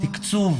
תקצוב